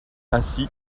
ainsi